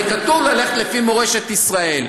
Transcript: הרי כתוב ללכת לפי מורשת ישראל.